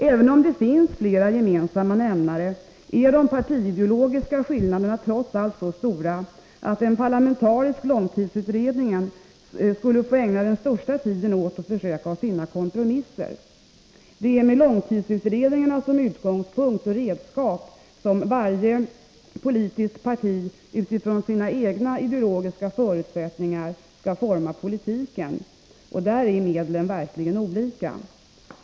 Även om det finns flera gemensamma nämnare, är de partiideologiska skillnaderna trots allt så stora att en parlamentarisk långtidsutredning skulle få ägna den mesta tiden åt att försöka finna kompromisser. Det är med långtidsutredningen som utgångspunkt och redskap som varje politiskt parti utifrån sina egna ideologiska förutsättningar skall forma politiken — och därvid är medlen verkligen olika.